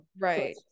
Right